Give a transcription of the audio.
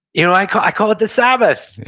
you know i call i call it the sabbath.